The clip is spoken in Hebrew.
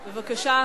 בבקשה.